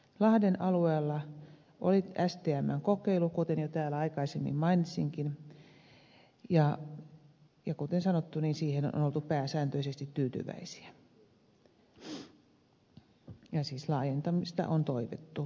lahden alueella oli stmn kokeilu kuten täällä jo aikaisemmin mainitsinkin ja kuten sanottu siihen on oltu pääsääntöisesti tyytyväisiä ja siis laajentamista on toivottu kertaan sen vielä